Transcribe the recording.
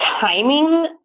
timing